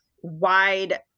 wide